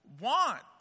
Want